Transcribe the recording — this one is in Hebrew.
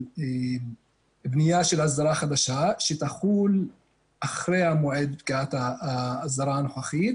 בניית הסדרה חדשה שתחול אחרי מועד פקיעת ההסדרה הנוכחית.